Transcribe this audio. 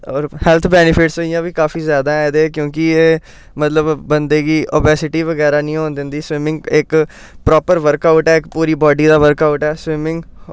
होर health benefits इ'यां बी काफी ज्यादा ऐ ते क्योंकि कि एह् मतलब बंदे गी ओबैसिटी बगैरा नी होन दिंदी स्विमिंग इक प्रापर बर्क आउट ऐ इक पूरी बॉडी दा वर्क आउट ऐ स्विमिंग